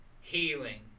healing